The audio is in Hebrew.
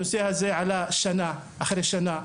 הנושא הזה כבר עלה, שנה אחר שנה,